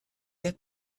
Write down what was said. get